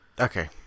Okay